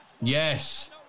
Yes